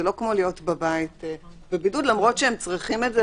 זה לא כמו להיות בבית בבידוד למרות שהם צריכים את זה,